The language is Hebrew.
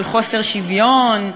של חוסר שוויון,